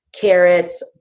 Carrots